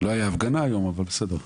לא היה הפגנה היום אבל בסדר.